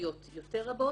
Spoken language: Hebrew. ספציפיות רבות יותר,